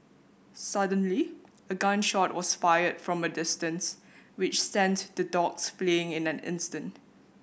suddenly a gun shot was fired from a distance which sent the dogs fleeing in an instant